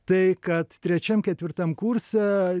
tai kad trečiam ketvirtam kurse